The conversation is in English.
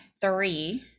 three